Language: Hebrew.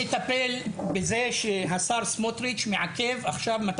אני מטפל בנושא שבו השר סמוטריץ' מעכב 250